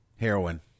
Heroin